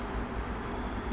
mm